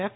F